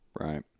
Right